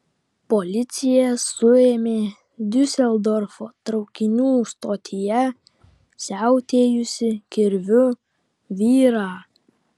policija suėmė diuseldorfo traukinių stotyje siautėjusį kirviu vyrą